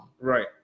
Right